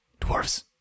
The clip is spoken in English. Dwarves